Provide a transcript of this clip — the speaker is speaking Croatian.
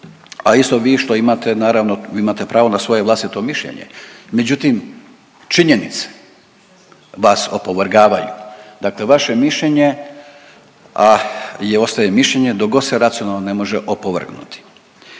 a isto vi što imate naravno vi imate pravo na svoje vlastito mišljenje, međutim činjenice vas opovrgavaju. Dakle vaše mišljenje, a i ostaje mišljenje dok god se racionalno ne može opovrgnuti.